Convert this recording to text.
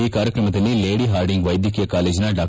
ಈ ಕಾರ್ಯಕ್ರಮದಲ್ಲಿ Lady Hardinge ವೈದ್ಯಕೀಯ ಕಾಲೇಜಿನ ಡಾ